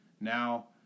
Now